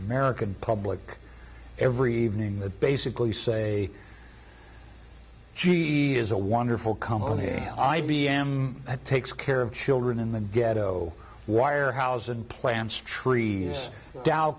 american public every evening that basically say she is a wonderful company i b m takes care of children in the ghetto wire house and plants trees dow